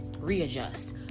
readjust